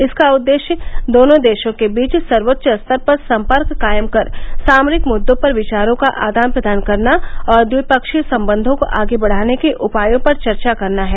इसका उद्देश्य दोनों देशों के बीच सर्वोच्च स्तर पर संपर्क कायम कर सामरिक मुद्दों पर विचारों का आदान प्रदान करना और ट्विपक्षीय संबंधों को आगे बढ़ाने के उपायों पर चर्चा करना है